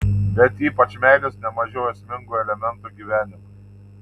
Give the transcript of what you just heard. bet ypač meilės ne mažiau esmingo elemento gyvenimui